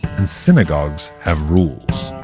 and synagogues have rules